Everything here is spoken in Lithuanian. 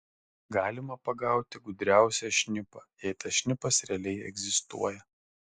galima pagauti gudriausią šnipą jei tas šnipas realiai egzistuoja